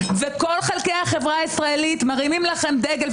וכל חלקי החברה הישראלית מרימים לכם דגל,